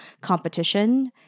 competition